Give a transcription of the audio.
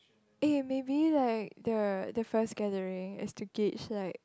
eh maybe like the the first gathering is to gauge like